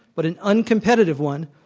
but an uncompetitive one,